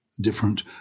different